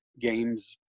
games